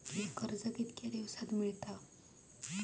कर्ज कितक्या दिवसात मेळता?